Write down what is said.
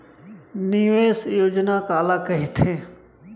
निवेश योजना काला कहिथे?